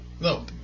No